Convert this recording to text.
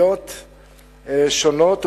קוקסידיוסטיטיות שונות,